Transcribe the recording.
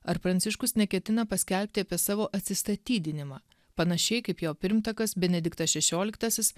ar pranciškus neketina paskelbti apie savo atsistatydinimą panašiai kaip jo pirmtakas benediktas šešioliktasis